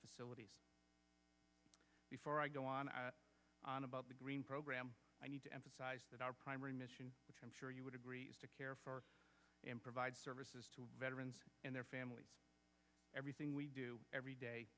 before i go on on about the green program i need to emphasize that our primary mission which i'm sure you would agree is to care for and provide services to veterans and their families everything we do every day